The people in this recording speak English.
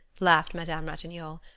laughed madame ratignolle.